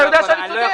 אתה יודע שאני צודק.